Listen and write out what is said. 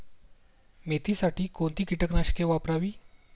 मेथीसाठी कोणती कीटकनाशके वापरावी?